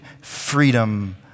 freedom